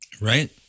right